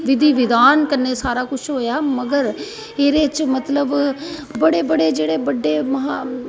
विधि विधान कन्नै सारा कुछ होआ मगर एहदे च मतलब बडे़ बडे़ जेहडे़ बड्डे महा